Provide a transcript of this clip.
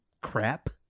crap